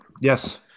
Yes